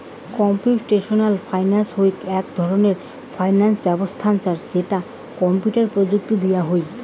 computational finance হউক এক ধরণের ফিনান্স ব্যবছস্থা যেটা কম্পিউটার প্রযুক্তি দিয়া হুই